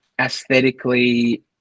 aesthetically